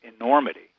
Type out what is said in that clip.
enormity